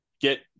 get